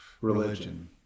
religion